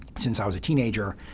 since i was a teenager,